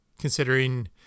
Considering